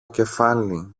κεφάλι